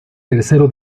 tercero